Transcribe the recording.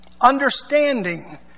understanding